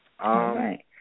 Right